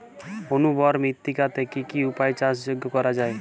অনুর্বর মৃত্তিকাকে কি কি উপায়ে চাষযোগ্য করা যায়?